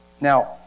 Now